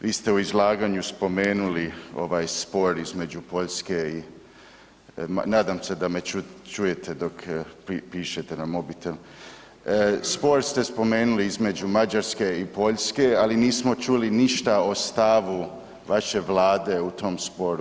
Vi ste u izlaganju spomenuli ovaj spor između Poljske, nadam se da me čujete dok pišete na mobitel, spor ste spomenuli između Mađarske i Poljske, ali nismo čuli ništa o stavu vaše Vlade u tom sporu.